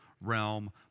realm